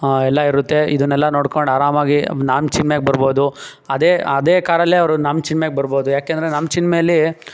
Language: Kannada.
ಎಲ್ಲ ಇರುತ್ತೆ ಇದನ್ನೆಲ್ಲ ನೋಡ್ಕಂಡು ಅರಾಮಾಗಿ ನಾಮ ಚಿಲ್ಮೆಗೆ ಬರ್ಬೋದು ಅದೇ ಅದೇ ಕಾರಲ್ಲೇ ಅವ್ರು ನಾಮ ಚಿಲ್ಮೆಗೆ ಬರ್ಬೋದು ಯಾಕೆಂದರೆ ನಾಮ ಚಿಲ್ಮೆಯಲ್ಲಿ